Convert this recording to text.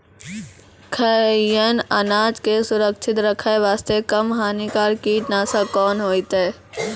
खैहियन अनाज के सुरक्षित रखे बास्ते, कम हानिकर कीटनासक कोंन होइतै?